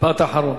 משפט אחרון.